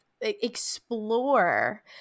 explore